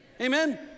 Amen